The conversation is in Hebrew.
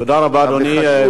תודה רבה, אדוני.